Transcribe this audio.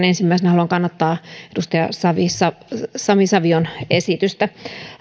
ensimmäisenä haluan kannattaa edustaja sami savion esitystä